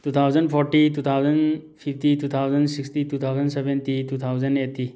two thousand forty two thousand fifty two thousand sixty two thousand seventy two thousand eighty